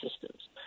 systems